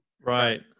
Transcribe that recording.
Right